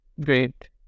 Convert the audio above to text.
great